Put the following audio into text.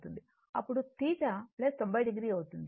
అప్పుడుθ → 90o అవుతుంది